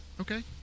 Okay